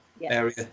area